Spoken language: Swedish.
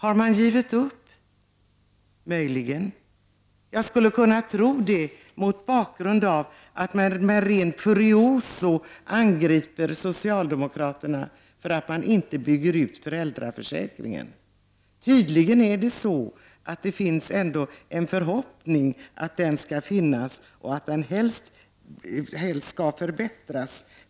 Har man gett upp? Ja, möjligen. Jag skulle kunna tro det med tanke på att man kuriost nog angriper socialdemokraterna för att de inte bygger ut föräldraförsäkringen. Tydligen finns det en förhoppning om att den skall finnas och helst förbättras.